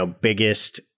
biggest